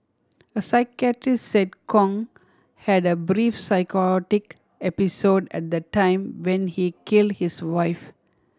a psychiatrist said Kong had a brief psychotic episode at the time when he kill his wife